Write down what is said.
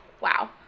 wow